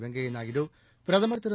வெங்கய்யா நாயுடு பிரதம் திரு